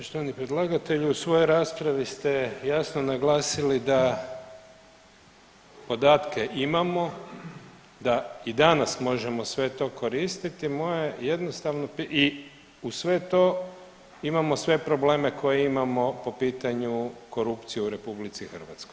Poštovani predlagatelju, u svojoj raspravi ste jasno naglasili da podatke imamo, da i danas možemo sve to koristiti, moje je jednostavno pitanje i uz sve to imamo sve probleme koje imamo po pitanju korupcije u RH.